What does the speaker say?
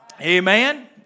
Amen